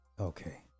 okay